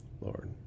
Lord